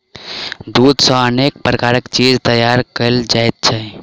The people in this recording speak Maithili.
दूध सॅ अनेक प्रकारक चीज तैयार कयल जाइत छै